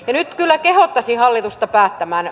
nyt kyllä kehottaisin hallitusta päättämään